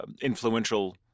influential